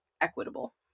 equitable